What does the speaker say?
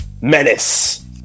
Menace